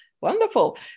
wonderful